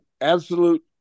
absolute